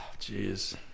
jeez